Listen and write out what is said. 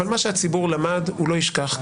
אבל מה שהציבור למד הוא לא ישכח,